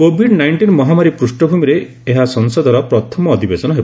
Covid nineteen ମହାମାରୀ ପୃଷ୍ଣଭୂମିରେ ଏହା ସଂସଦର ପ୍ରଥମ ଅଧିବେଶନ ହେବ